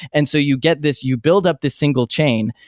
and so you get this, you build up the single chain,